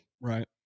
Right